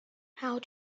how